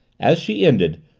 as she ended,